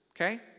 okay